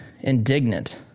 indignant